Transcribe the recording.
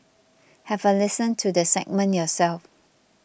have a listen to the segment yourself